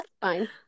fine